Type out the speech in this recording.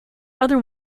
other